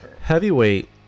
Heavyweight